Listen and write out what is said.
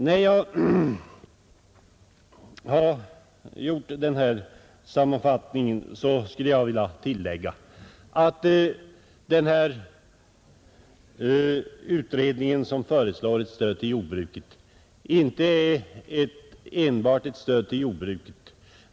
När jag har gjort den här sammanfattningen skulle jag vilja tillägga att det stöd som denna utredning föreslår inte enbart är ett stöd till jordbruket.